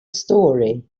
story